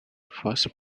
false